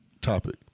topic